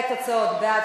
התוצאות: בעד,